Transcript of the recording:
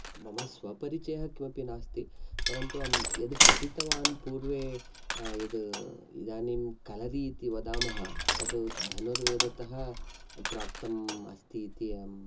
मम स्वपरिचयः किमपि नास्ति परन्तु अहं यद् पठितवान् पूर्वे यद् इदानीं कलरी इति वदामः तद् धनुर्वेदतः प्राप्तम् अस्ति इति अहं